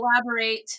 collaborate